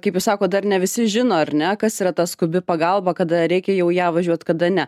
kaip jūs sakot dar ne visi žino ar ne kas yra ta skubi pagalba kada reikia jau į ją važiuot kada ne